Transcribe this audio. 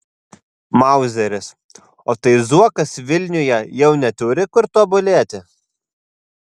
mauzeris o tai zuokas vilniuje jau neturi kur tobulėti